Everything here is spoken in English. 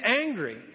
angry